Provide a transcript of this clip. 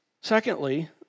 Secondly